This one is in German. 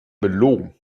belogen